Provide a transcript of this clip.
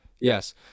yes